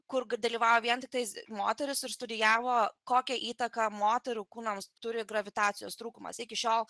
kur dalyvavo vien tiktais moteris ir studijavo kokią įtaką moterų kūnams turi gravitacijos trūkumas iki šiol